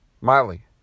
Miley